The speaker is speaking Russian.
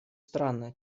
странно